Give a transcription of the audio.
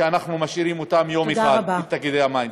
חבל שאנחנו משאירים אותם יום אחד, את תאגידי המים.